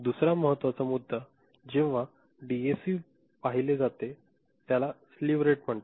दुसरा महत्त्वाचा मुद्दा जेव्हा डीएसीकडे पाहिले जाते त्याला स्लीव्ह रेट म्हणतात